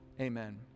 Amen